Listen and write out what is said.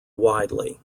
widely